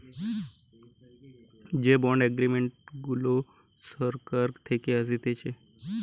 যে bond agreement গুলা সরকার থাকে আসতেছে